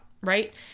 right